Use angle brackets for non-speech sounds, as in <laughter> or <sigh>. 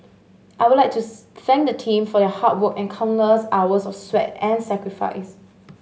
I would like to <unintelligible> thank the team for your hard work and countless hours of sweat and sacrifice